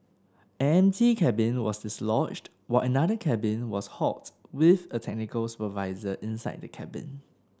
an empty cabin was dislodged while another cabin was halted with a technical supervisor inside the cabin